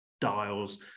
dials